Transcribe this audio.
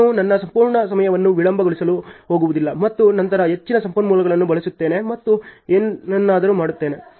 ನಾನು ನನ್ನ ಸಂಪೂರ್ಣ ಸಮಯವನ್ನು ವಿಳಂಬಗೊಳಿಸಲು ಹೋಗುವುದಿಲ್ಲ ಮತ್ತು ನಂತರ ಹೆಚ್ಚಿನ ಸಂಪನ್ಮೂಲಗಳನ್ನು ಬಳಸುತ್ತೇನೆ ಮತ್ತು ಏನನ್ನಾದರೂ ಮಾಡುತ್ತೇನೆ